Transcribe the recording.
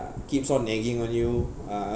keeps on nagging on you uh